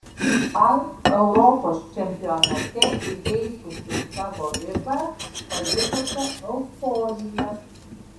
ar europos čempionate įveikusi savo ribą pajutote euforiją